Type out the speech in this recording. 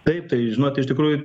taip tai žinot iš tikrųjų